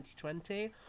2020